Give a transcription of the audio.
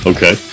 Okay